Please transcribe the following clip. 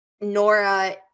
Nora